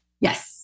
Yes